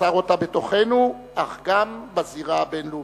שיצר אותה בתוכנו, אך גם בזירה הבין-לאומית.